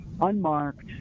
unmarked